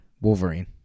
Wolverine